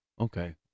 Okay